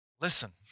Listen